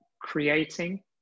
creating